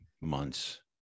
months